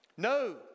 no